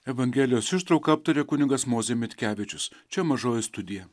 evangelijos ištrauką aptarė kunigas mozė mitkevičius čia mažoji studija